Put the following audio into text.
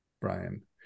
Brian